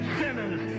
sinners